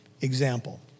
Example